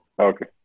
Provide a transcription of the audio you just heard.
okay